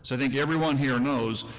so think everyone here knows,